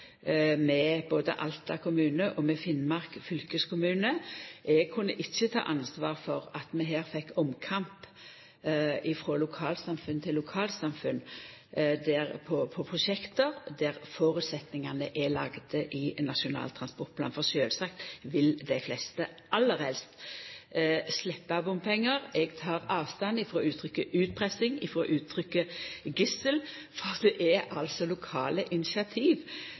med både Alta kommune og med Finnmark fylkeskommune. Eg kunne ikkje ta ansvar for at vi her fekk omkamp frå lokalsamfunn til lokalsamfunn om prosjekt der føresetnadene er lagde i Nasjonal transportplan, for sjølvsagt vil dei fleste aller helst sleppa bompengar. Eg tek avstand frå uttrykket «utpressing» og uttrykket «gissel», for det er altså lokale initiativ